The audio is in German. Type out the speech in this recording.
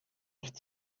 oft